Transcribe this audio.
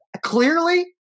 Clearly